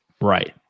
Right